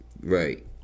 Right